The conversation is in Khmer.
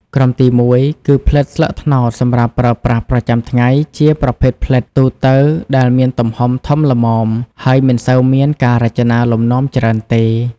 ក្រុមទីមួយគឺ ផ្លិតស្លឹកត្នោតសម្រាប់ប្រើប្រាស់ប្រចាំថ្ងៃ ជាប្រភេទផ្លិតទូទៅដែលមានទំហំធំល្មម ហើយមិនសូវមានការរចនាលំនាំច្រើនទេ។